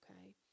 okay